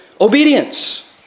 obedience